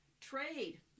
trade